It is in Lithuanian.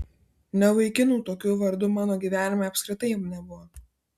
ne vaikinų tokiu vardu mano gyvenime apskritai nebuvo